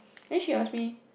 then she asks me